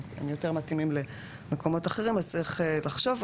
הם יותר מתאימים למקומות אחרים, אז צריך לחשוב.